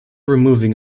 removing